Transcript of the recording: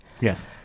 Yes